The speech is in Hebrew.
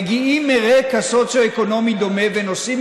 מגיעים מרקע סוציו-אקונומי דומה ונושאים